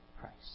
Christ